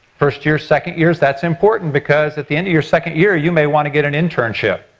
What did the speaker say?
first year, second years that's important because at the end of your second year you may want to get an internship.